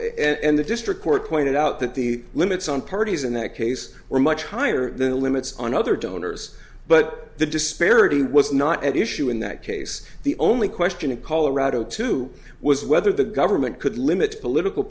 court and the district court pointed out that the limits on parties in that case were much higher than the limits on other donors but the disparity was not at issue in that case the only question in colorado two was whether the government could limit political